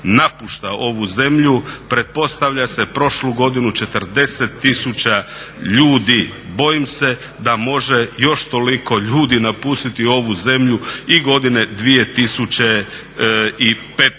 napušta ovu zemlju, pretpostavlja se prošlu godinu 40 tisuća ljudi. Bojim se da može još toliko ljudi napustiti ovu zemlju i godine 2015.